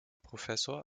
professor